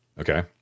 Okay